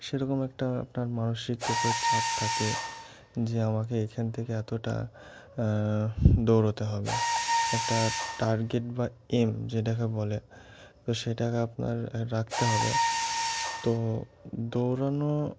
সেরকম একটা আপনার মানসিক উপরে চাপ থাকে যে আমাকে এখান থেকে এতটা দৌড়োতে হবে একটা টার্গেট বা এইম যেটাকে বলে তো সেটাকে আপনার রাখতে হবে তো দৌড়ানো